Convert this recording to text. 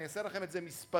אני אעשה לכם את זה מספרית,